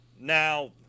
Now